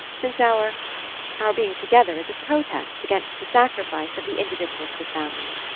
since our our being together is a protest against the sacrifice of the individual to the family.